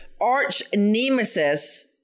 arch-nemesis